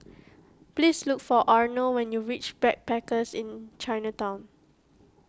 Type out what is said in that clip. please look for Arnold when you reach Backpackers Inn Chinatown